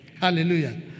Hallelujah